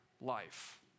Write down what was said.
life